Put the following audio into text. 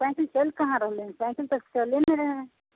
cycle चलि कहाँ रहलै हँ साइकिल तऽ चलले नहि रहय